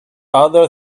other